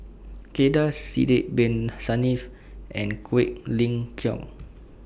Kay Das Sidek Bin Saniff and Quek Ling Kiong